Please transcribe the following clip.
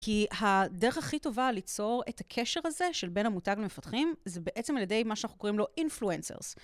כי הדרך הכי טובה ליצור את הקשר הזה, של בין המותג למפתחים, זה בעצם על ידי מה שאנחנו קוראים לו influencers.